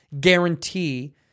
Guarantee